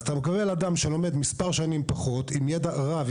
אז אתה מקבל אדם שלומד כמה שנים פחות עם ידע רב,